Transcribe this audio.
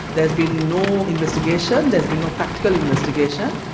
there has been no investigation, there has been no practical investigation.